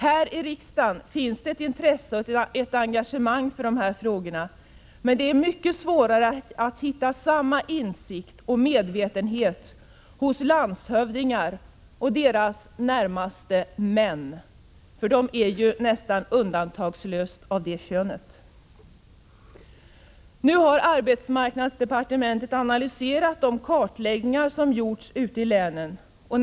Här i riksdagen finns det ett intresse och ett engagemang för de här frågorna, men det är mycket svårare att hitta samma insikt och medvetenhet hos landshövdingar och deras närmaste män — de är ju nästan undantagslöst av det könet. Nu har arbetsmarknadsdepartementet analyserat de kartläggningar som Prot. 1986/87:32 gjorts ute i länen.